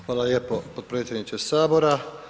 Hvala lijepo potpredsjedniče Sabora.